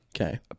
Okay